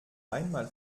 einmal